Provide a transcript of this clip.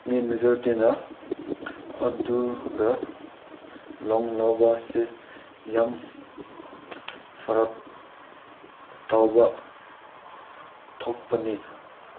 ꯃꯤ ꯃꯦꯖꯣꯔꯤꯇꯤꯅ ꯑꯗꯨꯒ ꯂꯣꯟ ꯂꯧꯕ ꯑꯁꯤ ꯌꯥꯝ ꯐꯔꯛ ꯇꯥꯕ ꯊꯣꯛꯄꯅꯤ